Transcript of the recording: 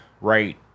right